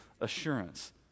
assurance